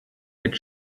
had